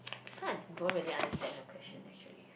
this one don't really understand the question actually